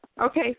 Okay